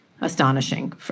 astonishing